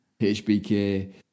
HBK